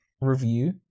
review